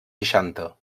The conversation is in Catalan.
seixanta